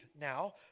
now